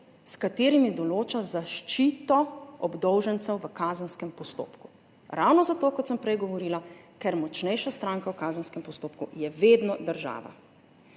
s katerimi določa zaščito obdolžencev v kazenskem postopku. Ravno zato, kot sem prej govorila, ker je močnejša stranka v kazenskem postopku vedno država.